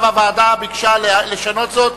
עכשיו הוועדה ביקשה לשנות זאת,